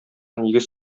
нигез